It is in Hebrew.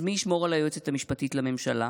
אז מי ישמור על היועצת המשפטית לממשלה,